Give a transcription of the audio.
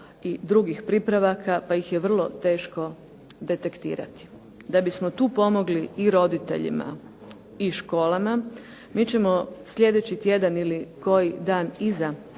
i drugih pripravaka pa ih je vrlo teško detektirati. Da bismo tu pomogli i roditeljima i školama mi ćemo slijedeći tjedan ili koji dan iza